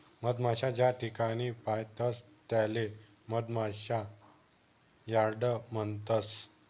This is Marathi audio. मधमाशा ज्याठिकाणे पायतस त्याले मधमाशा यार्ड म्हणतस